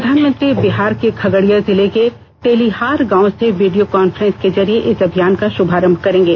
प्रधानमंत्री बिहार के खगड़िया जिले के तेलीहार गांव से वीडियो कांफ्रें स के जरिए इस अभियान का शुभारंभ करेंगे